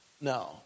no